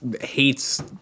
hates